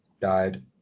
died